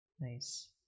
Nice